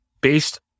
based